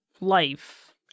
life